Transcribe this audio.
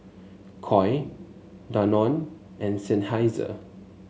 Koi Danone and Seinheiser